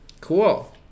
Cool